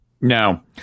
No